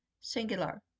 singular